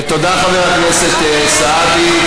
תודה, חבר הכנסת סעדי.